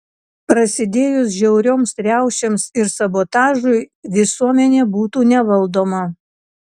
prasidėjus žiaurioms riaušėms ir sabotažui visuomenė būtų nevaldoma